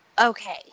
Okay